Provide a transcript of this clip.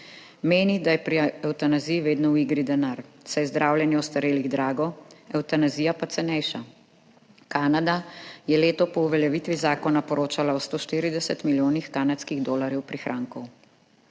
Meni, da je pri evtanaziji vedno v igri denar, saj je zdravljenje ostarelih drago, evtanazija pa cenejša. Kanada je leto po uveljavitvi zakona poročala o 140 milijonih kanadskih dolarjev prihrankov.